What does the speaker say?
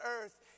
earth